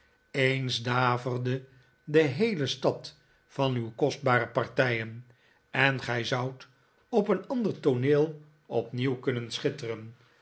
eens daverde de heele stad van uw kostbare partijen en gij zoudt op een ander tooneel opnieuw kunnen schitteren